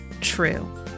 true